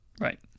right